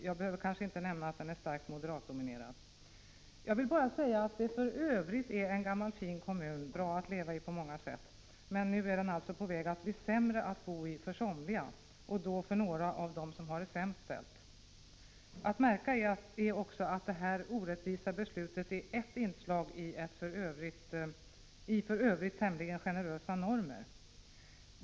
Jag behöver kanske inte nämna att kommunen är starkt moderatdominerad. Det är en gammal fin kommun, som i övrigt är bra att leva i på många sätt. Men nu är den alltså på väg att bli sämre att bo i för somliga, och då framför allt för några av dem som har det sämst ställt. Att märka är också att det här orättvisa beslutet bara är ett av många beslut som i övrigt handlar om tämligen generösa normer.